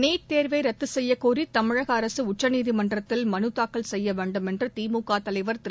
NEET தேர்வை ரத்து செய்யக்கோரி தமிழக அரசு உச்சநீதிமன்றத்தில் மனுதாக்கல் செய்ய வேண்டும் என்று திமுக தலைவர் திரு